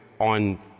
on